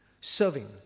Serving